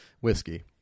Whiskey